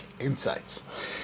insights